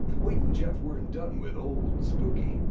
wade and jeff weren't done with old spooky.